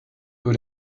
door